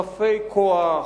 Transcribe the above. רפי כוח,